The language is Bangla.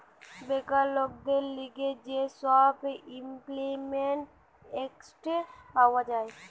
বেকার লোকদের লিগে যে সব ইমল্পিমেন্ট এক্ট পাওয়া যায়